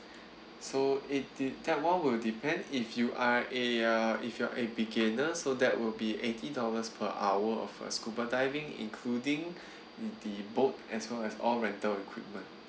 so eighty that one will depend if you are a uh if you're a beginner so that will be eighty dollars per hour of uh scuba diving including the boat as well as all rental equipment